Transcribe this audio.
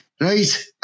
right